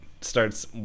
starts